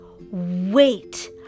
Wait